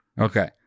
Okay